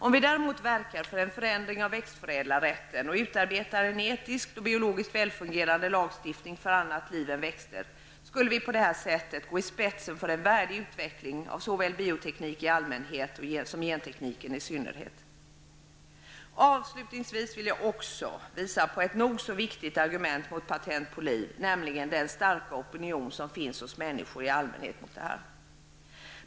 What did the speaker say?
Om vi däremot verkar för en förändring av växtförädlarrätten och utarbetar en etiskt och biologiskt välfungerande lagstiftning för annat liv än växter, skulle vi på det sättet gå i spetsen för en värdig utveckling av såväl bioteknik i allmänhet som genteknik i synnerhet. Avslutningsvis vill jag också visa på ett nog så viktigt argument mot patent på liv, nämligen den starka opinion som finns hos människor i allmänhet.